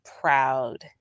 proud